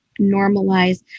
normalize